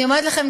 אני אומרת לכם,